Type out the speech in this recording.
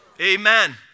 Amen